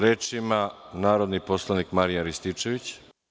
Reč ima narodni poslanik Marijan Rističević.